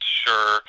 sure